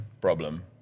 problem